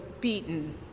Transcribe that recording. beaten